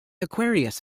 aquarius